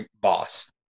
boss